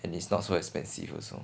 and it's not so expensive also